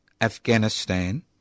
Afghanistan